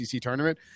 tournament